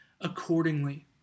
accordingly